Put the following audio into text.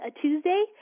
Tuesday